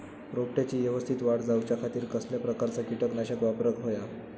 रोपट्याची यवस्तित वाढ जाऊच्या खातीर कसल्या प्रकारचा किटकनाशक वापराक होया?